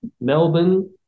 Melbourne